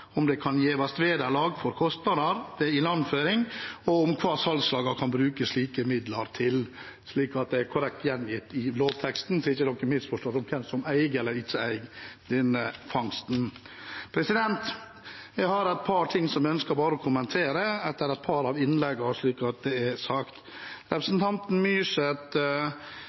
om det kan gjevast vederlag for kostnader ved ilandføring, og om kva salslaga kan bruke slike midlar til.» Det er korrekt gjengitt i lovteksten, så det er ikke noen misforståelser om hvem som eier eller ikke eier denne fangsten. Jeg har et par ting jeg bare ønsker å kommentere etter et par av innleggene, slik at det er sagt. Representanten Myrseth